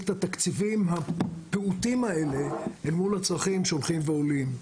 את התקציבים הפעוטים האלה אל מול הצרכים שהולכים ועולים.